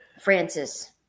Francis